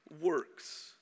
works